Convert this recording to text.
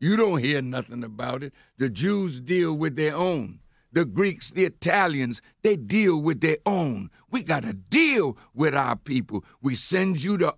you don't hear nothing about it the jews deal with their own the greeks the italians they deal with their own we've got to deal with our people we send you t